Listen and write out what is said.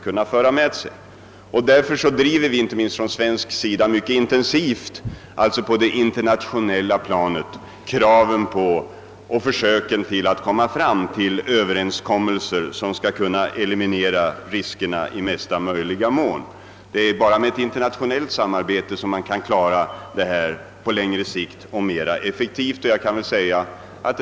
Vi för från svensk sida mycket intensivt fram krav på internationella överenskommelser för att eliminera riskerna i största möjliga utsträckning. Enbart genom ett internationellt samarbete kan man på längre sikt på ett effektivt sätt klara dessa frågor.